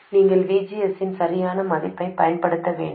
நீங்கள் VGS இன் சரியான மதிப்பைப் பயன்படுத்த வேண்டும்